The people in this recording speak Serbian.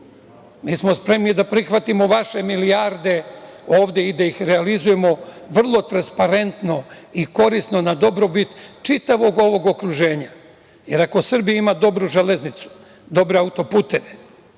Mi smo spremni da prihvatimo vaše milijarde ovde i da ih realizujemo vrlo transparentno i korisno na dobrobit čitavog ovog okruženja. Jer ako Srbija ima dobru železnicu, dobre autoputeve,